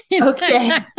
okay